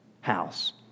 house